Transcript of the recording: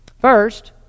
First